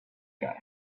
guy